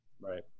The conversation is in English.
right